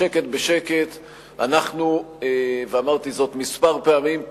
בשקט בשקט, ואמרתי זאת כמה פעמים,